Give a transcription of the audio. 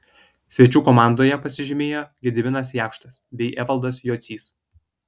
svečių komandoje pasižymėjo gediminas jakštas bei evaldas jocys